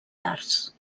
tars